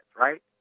right